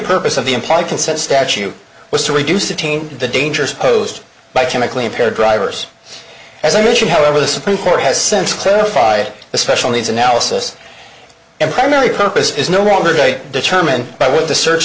purpose of the implied consent statute was to reduce detain the dangers posed by chemically impaired drivers as i mentioned however the supreme court has since clarified the special needs analysis and primary purpose is no longer determined by what the search